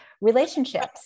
relationships